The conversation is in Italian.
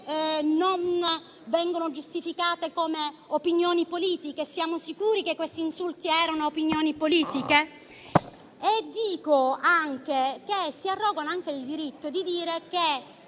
non vengono giustificati come opinioni politiche? Siamo sicuri che questi insulti fossero opinioni politiche? Aggiungo che si arrogano anche il diritto di dire che